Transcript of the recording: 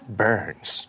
burns